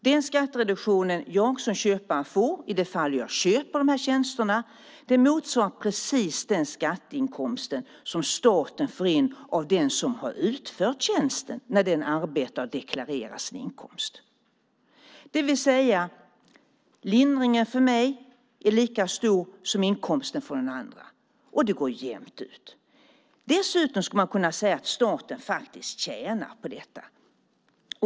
Den skattereduktion som jag som köpare får i de fall jag köper de här tjänsterna motsvarar precis den skatteinkomst som staten får in av den som har utfört tjänsten när den arbetat och deklarerat sin inkomst, det vill säga att lindringen för mig är lika stor som inkomsten för den andra. Det går jämnt ut. Dessutom skulle man kunna säga att staten faktiskt tjänar på detta.